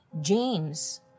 James